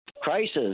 crisis